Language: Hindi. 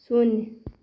शून्य